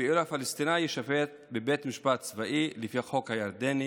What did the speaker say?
ואילו הפלסטיני יישפט בבית משפט צבאי לפי החוק הירדני